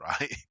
right